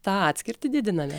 tą atskirtį didiname